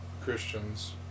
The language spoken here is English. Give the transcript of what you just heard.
Christians